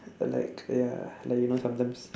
but like ya like you know sometimes